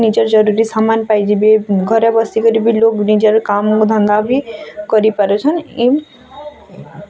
ନିଜର ଜରୁରୀ ସାମାନ୍ ପାଇଯିବେ ଘରେ ବସିକରି ବି ଲୋକ୍ ନିଜର୍ କାମ ଧନ୍ଦା ବି କରିପାରୁଛନ୍ ଇନ୍ ଟେକ୍ନୋ